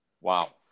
Wow